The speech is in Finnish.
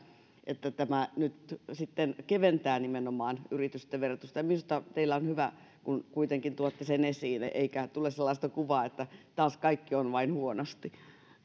että tämä nyt sitten keventää nimenomaan yritysten verotusta minusta on hyvä kun kuitenkin tuotte sen esiin eikä tule sellaista kuvaa että taas kaikki on vain huonosti